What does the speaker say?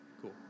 Cool